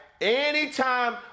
anytime